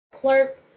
clerk